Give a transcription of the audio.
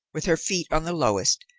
with her feet on the lowest,